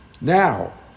Now